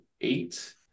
eight